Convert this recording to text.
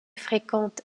fréquentes